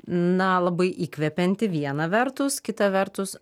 na labai įkvepianti viena vertus kita vertus